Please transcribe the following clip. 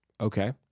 Okay